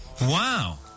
Wow